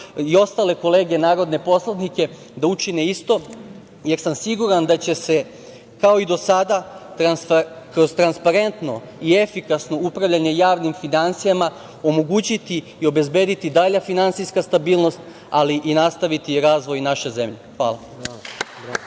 i ostale kolege, narodne poslanike da učine isto, jer sam siguran da će se kao i do sada, kroz transparentno i efikasno upravljanje javnim finansijama, omogućiti i obezbediti dalja finansijska stabilnost, ali i nastaviti razvoj naše zemlje. Hvala.